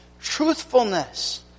truthfulness